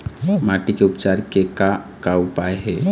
माटी के उपचार के का का उपाय हे?